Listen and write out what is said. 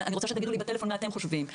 אני רוצה שתגידו לי בטלפון מה אתם חושבים.